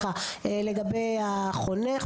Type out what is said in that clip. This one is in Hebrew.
לגבי החונך,